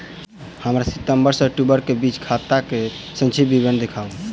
हमरा सितम्बर सँ अक्टूबर केँ बीचक खाता केँ संक्षिप्त विवरण देखाऊ?